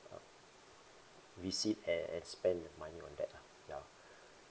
um visit and and spend money on that lah ya